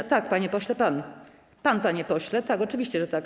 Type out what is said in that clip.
Ja? Tak, panie pośle, pan. Pan, panie pośle, tak, oczywiście, że tak.